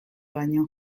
baino